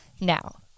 now